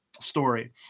story